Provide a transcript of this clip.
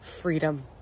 freedom